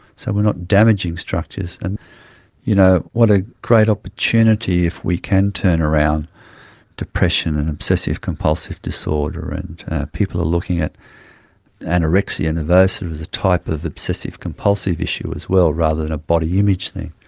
so we are not damaging structures. and you know what a great opportunity if we can turn around depression and obsessive compulsive disorder. and people are looking at anorexia nervosa as a type of obsessive compulsive issue as well rather than a body image thing.